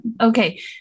Okay